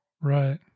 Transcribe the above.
Right